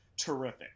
terrific